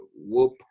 whoop